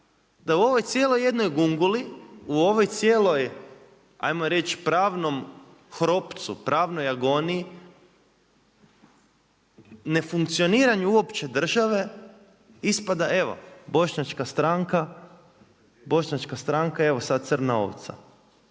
da u ovoj cijeloj jednoj gunguli u ovoj cijeloj ajmo reći pravnom hropcu, pravnoj agoniji ne funkcioniranju uopće države ispada evo, bošnjačka stranka evo sada crna ovca,